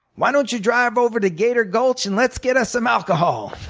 why don't you drive over to gator gulch and let's get us some alcohol.